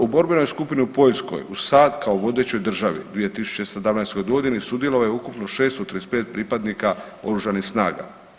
U borbenoj skupini u Poljskoj uz SAD kao vodećoj državi 2017.g. sudjelovalo je ukupno 635 pripadnika oružanih snaga.